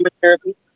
Therapy